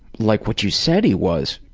like what you said he was,